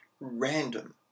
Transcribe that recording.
random